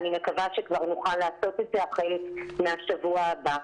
אני מקווה שכבר נוכל לעשות את זה החל מהשבוע הבא.